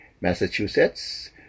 Massachusetts